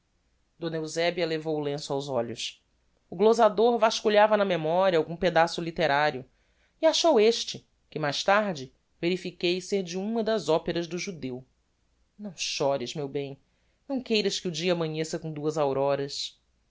d eusebia levou o lenço aos olhos o glosador vasculhava na memoria algum pedaço litterario e achou este que mais tarde verifiquei ser de uma das operas do judeu não chores meu bem não queiras que o dia amanheça com duas auroras